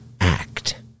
act